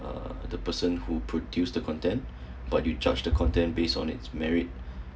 uh the person who produce the content but you judge the content base on it's merit